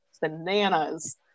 bananas